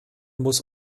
muss